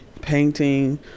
painting